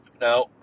Now